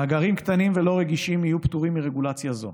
מאגרים קטנים ולא רגישים יהיו פטורים מרגולציה זו.